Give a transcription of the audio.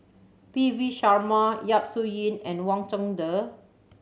P V Sharma Yap Su Yin and Wang Chunde